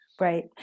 right